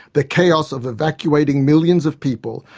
the chaos of evacuating millions of people,